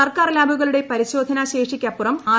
സർക്കാർ ലാബുകളുടെ പരിശോധനാ ശേഷിക്കപ്പുറം ആർ